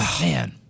Man